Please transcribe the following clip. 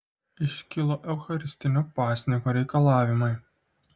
iškilo eucharistinio pasninko reikalavimai